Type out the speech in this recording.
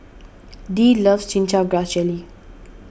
Dee loves Chin Chow Grass Jelly